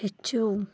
ہیٚچھِو